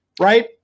right